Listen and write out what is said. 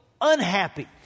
unhappy